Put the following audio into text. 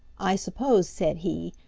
i suppose, said he,